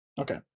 Okay